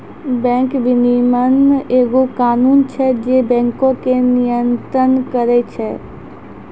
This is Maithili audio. बैंक विनियमन एगो कानून छै जे बैंको के नियन्त्रण करै छै